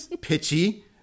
pitchy